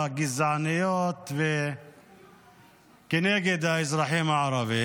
שני חברי הכנסת, אתם מפריעים עכשיו.